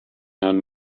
herrn